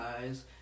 eyes